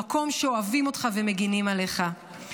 המקום שאוהבים אותך ומגנים עליך.